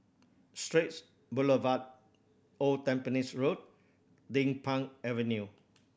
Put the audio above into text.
Straits Boulevard Old Tampines Road Din Pang Avenue